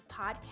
podcast